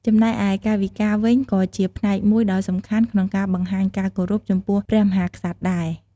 ចំណែកឯកាយវិការវិញក៏ជាផ្នែកមួយដ៏សំខាន់ក្នុងការបង្ហាញការគោរពចំពោះព្រះមហាក្សត្រដែរ។